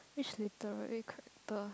which literary character